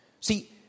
See